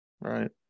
right